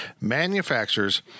manufacturers